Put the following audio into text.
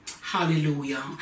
hallelujah